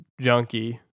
junkie